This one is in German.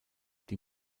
die